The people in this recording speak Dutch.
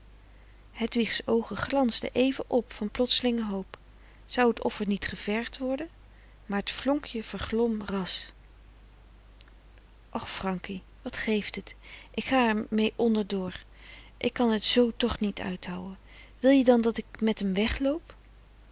hedwigs oogen glansden even p van plotselinge hoop zou het offer niet gevergd worden maar het vonkje verglom ras och frankie wat geeft et ik ga er mee onder door ik kan het z toch niet uithouë wil je dan dat ik met m wegloop